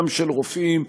גם של רופאים,